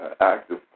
active